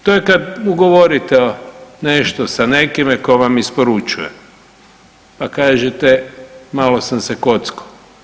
To je kad ugovorite nešto sa nekime ko vam isporučuje, a kažete malo sam se kockao.